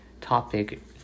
topic